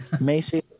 Macy